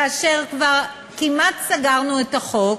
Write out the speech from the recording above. כאשר כבר כמעט סגרנו את החוק,